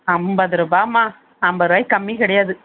ஐம்பதுருபாமா ஐம்பதுருவாக்கி கம்மி கிடையாது